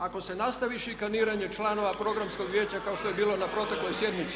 Ako se nastavi šikaniranje članova programskog vijeća kao što je bilo na protekloj sjednici.